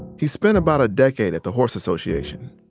he spent about a decade at the horse association.